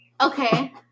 Okay